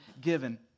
given